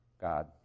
God